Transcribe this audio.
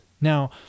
Now